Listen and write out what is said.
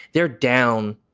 they're down.